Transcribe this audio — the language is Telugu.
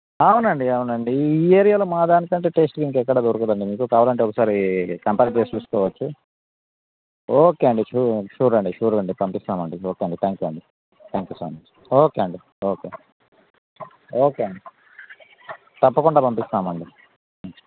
అవునండి అవునండి ఈ ఏరియాలో మా దానికంటే టేస్ట్గా ఇంకెక్కడ దొరకదండి మీకు కావాలంటే ఒకసారి కంపేర్ చేసి చూసుకోవచ్చు ఓకే అండి ష్యూర్ ష్యూర్ అండి పంపిస్తామండి ఓకే అండి థ్యాంక్ యూ అండి thank you so much okay అండి ఓకే అండి తప్పకుండా పంపిస్తామండి